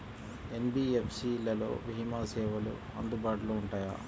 NBFC లలో భీమా సేవలు అందుబాటులో ఉంటాయా?